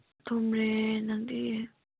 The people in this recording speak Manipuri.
ꯇꯨꯝꯂꯦ ꯅꯪꯗꯤ